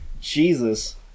Jesus